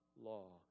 law